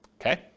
okay